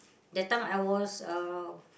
that time I was uh